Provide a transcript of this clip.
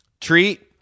treat